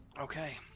okay